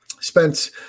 Spence